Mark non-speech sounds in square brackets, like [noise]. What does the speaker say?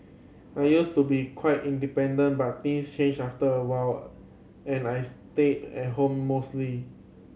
I used to be quite independent but things changed after [unintelligible] and I stayed at home mostly